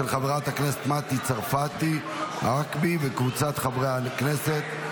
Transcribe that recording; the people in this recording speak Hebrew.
של חברת הכנסת מטי צרפתי הרכבי וקבוצת חברי הכנסת.